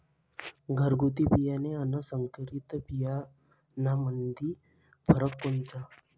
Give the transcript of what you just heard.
घरगुती बियाणे अन संकरीत बियाणामंदी फरक कोनचा?